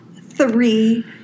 three